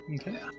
Okay